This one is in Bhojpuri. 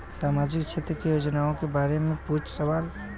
सामाजिक क्षेत्र की योजनाए के बारे में पूछ सवाल?